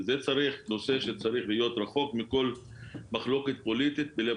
זה נושא שצריך להיות רחוק מכל מחלוקת פוליטית בלב